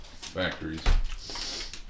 factories